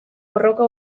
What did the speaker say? borroka